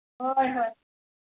ꯍꯣꯏ ꯍꯣꯏ